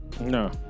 No